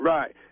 Right